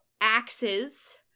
axes